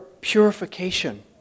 purification